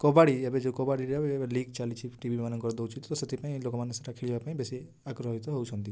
କବାଡ଼ି ଏବେ ଯେଉଁ କବାଡ଼ି ଲିଗ୍ ଚାଲିଛି ଟି ଭି ମାନଙ୍କରେ ଦେଉଛି ତ ଲୋକମାନେ ସେଥିପାଇଁ ବେଶି ଆଗ୍ରହୀତ ହେଉଛନ୍ତି